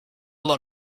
lot